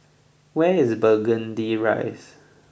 where is Burgundy Rise